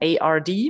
ARD